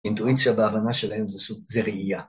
אינטואיציה בהבנה שלהם זה סוג, זה ראייה.